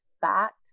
fact